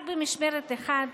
רק במשמרת אחת,